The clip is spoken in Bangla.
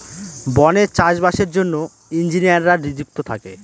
বনে চাষ বাসের জন্য ইঞ্জিনিয়াররা নিযুক্ত থাকে